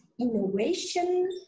innovation